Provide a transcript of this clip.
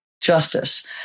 justice